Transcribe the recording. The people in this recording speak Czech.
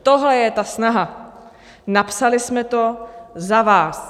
Tohle je ta snaha, napsali jsme to za vás.